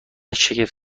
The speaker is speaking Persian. شگفت